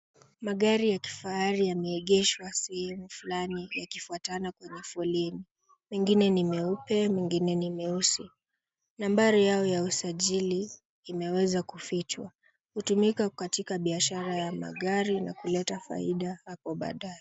Magari ya kifahari yameegeshwa sehemu flani yakifuatana kwenye foleni. Mengine ni meupe, mengine ni meusi. Nambari yao ya usajili imeweza kufichwa. Hutumika katika biashara ya magari na kuleta faida.